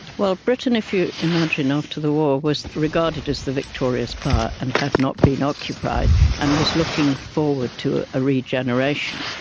well, britain, if you imagine, after the war was regarded as the victorious power and had not been occupied and was looking forward to a regeneration.